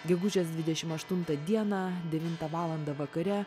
gegužės dvidešim aštuntą dieną devintą valandą vakare